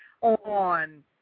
on